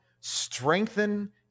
strengthen